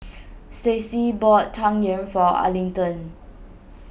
Staci bought Tang Yuen for Arlington